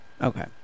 Okay